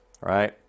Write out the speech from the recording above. right